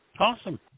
Awesome